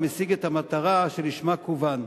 המשיג את המטרה שלשמה כוון.